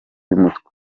umutwe